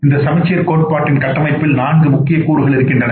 இந்த சமச்சீர் ஸ்கோர்கார்டின் கட்டமைப்பில் நான்கு முக்கிய கூறுகள் இருக்கிறது